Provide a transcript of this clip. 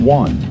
one